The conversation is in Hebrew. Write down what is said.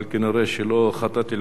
אבל כנראה שלא חטאתי,